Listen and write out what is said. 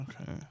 Okay